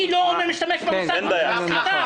ממש לא אמרתי את זה.